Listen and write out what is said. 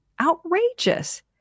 Outrageous